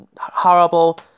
horrible